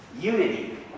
unity